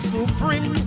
Supreme